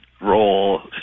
role